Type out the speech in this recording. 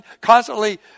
constantly